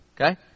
okay